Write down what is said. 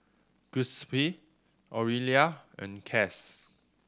Giuseppe Orelia and Cas